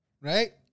right